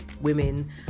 women